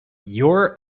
your